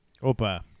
Opa